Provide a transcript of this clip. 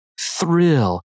thrill